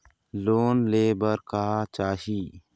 Loan ले बार का चाही?